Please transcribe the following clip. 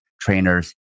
trainers